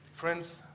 Friends